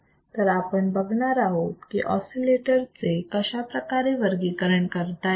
तर आपण बघणार आहोत की ऑसिलेटर चे कशाप्रकारे वर्गीकरण करता येते